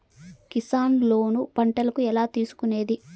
Kisan loan పంటలకు ఎలా తీసుకొనేది?